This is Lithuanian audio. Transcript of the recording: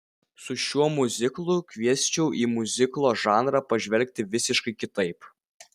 su šiuo miuziklu kviesčiau į miuziklo žanrą pažvelgti visiškai kitaip